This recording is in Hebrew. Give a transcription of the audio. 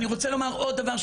אני רוצה לומר עוד דבר,